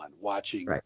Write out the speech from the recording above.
watching